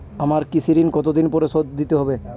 আমার কৃষিঋণ কতদিন পরে শোধ দিতে হবে?